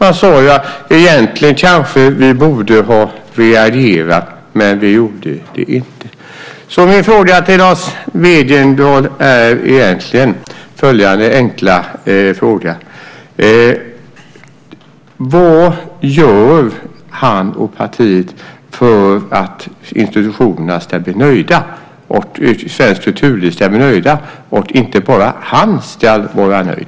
Man sade: Vi kanske egentligen borde ha reagerat, men vi gjorde det inte. Så min fråga till Lars Wegendal är följande enkla fråga: Vad gör han och partiet för att institutionerna och svenskt kulturliv ska bli nöjda och inte bara han ska vara nöjd?